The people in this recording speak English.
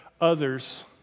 others